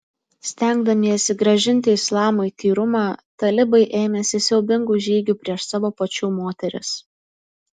stengdamiesi grąžinti islamui tyrumą talibai ėmėsi siaubingų žygių prieš savo pačių moteris